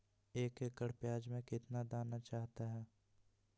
एक एकड़ प्याज में कितना दाना चाहता है?